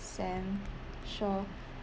sam sure